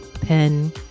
pen